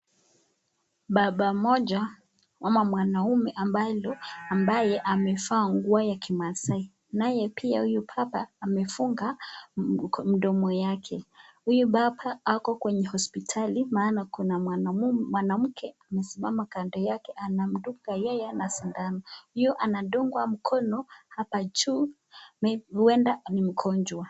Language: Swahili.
Baba mmoja ama mwanaume ambaye ndo ambaye amevaa nguo ya kimaasai. Naye pia huyu kaka amefunga mdomo yake. Huyu baba ako kwenye hosipitali maana kuna mwananamke amesimama kando yake anamdunga yeye na sindano. Hiyo anadungwa mkono hapa juu, huenda ni mgonjwa.